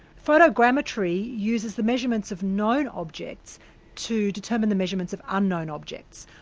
photogrammetry uses the measurements of known objects to determine the measurements of unknown objects.